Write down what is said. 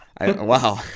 wow